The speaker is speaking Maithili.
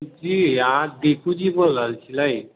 जी अहाँ दीपूजी बोलरहल छलैए